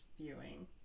viewing